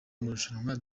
amarushanwa